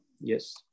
Yes